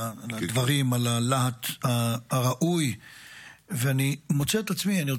גרוניס אמר עליה שהיא לא ראויה ולא כשירה.